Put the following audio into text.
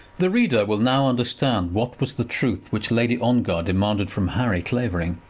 the reader will now understand what was the truth which lady ongar demanded from harry clavering.